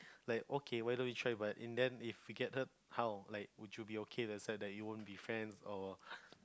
like okay why don't you try but in the end if you get hurt how like would you be okay that's why you don't be friends or